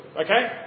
Okay